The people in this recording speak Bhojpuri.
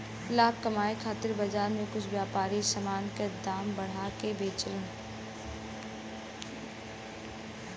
लाभ कमाये खातिर बाजार में कुछ व्यापारी समान क दाम बढ़ा के बेचलन